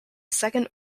second